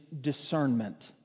discernment